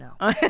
no